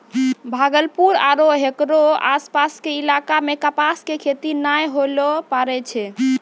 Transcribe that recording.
भागलपुर आरो हेकरो आसपास के इलाका मॅ कपास के खेती नाय होय ल पारै छै